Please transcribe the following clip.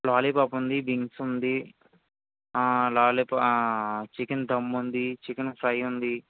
lollipop ఉంది wings ఉంది chicken dum ఉంది చికెన్ ఫ్రై ఉంది